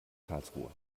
karlsruhe